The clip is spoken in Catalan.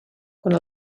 quan